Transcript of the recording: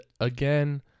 again